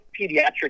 pediatric